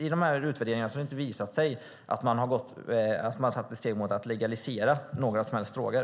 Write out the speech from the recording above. I dessa utvärderingar har det inte visat sig att man har tagit ett steg mot att legalisera några som helst droger.